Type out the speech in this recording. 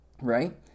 Right